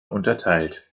unterteilt